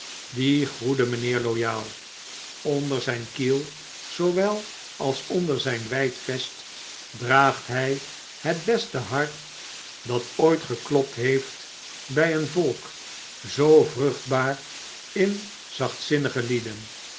die goede mynheer loyal onder zyn kiel zoowel als onder zyn wyd vest draagt hy het beste hart dat ooit geklopt heeft bij eenvolk zoo vruchtbaar in zachtzinnige lieden